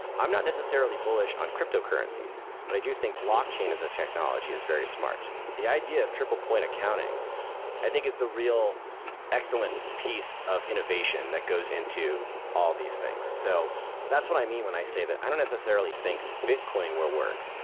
i'm not necessarily bullish on cryptocurrencies, but i do think blockchain as a technology is very smart. the idea of triple point accounting i think is the real excellent piece of innovation that goes into all these things. so that's what i mean when i say that i don't necessarily think bitcoin will work,